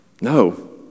No